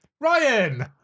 Ryan